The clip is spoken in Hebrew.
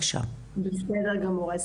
בסדר גמור.